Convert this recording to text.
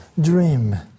dream